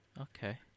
okay